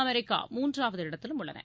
America மூன்றாவது இடத்திலும் உள்ளன